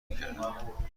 میکردم